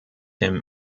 him